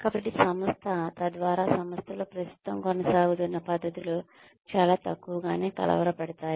కాబట్టి సంస్థ తద్వారా సంస్థలో ప్రస్తుతం కొనసాగుతున్న పద్ధతులు చాలా తక్కువగానే కలవరపడతాయి